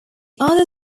other